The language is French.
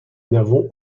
n’avons